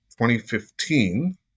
2015